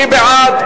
מי בעד?